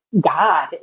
God